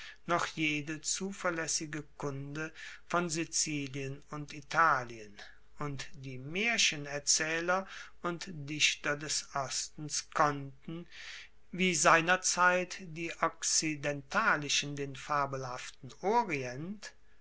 noch jede zuverlaessige kunde von sizilien und italien und die maerchenerzaehler und dichter des ostens konnten wie seinerzeit die okzidentalischen den fabelhaften orient